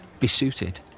besuited